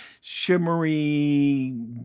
shimmery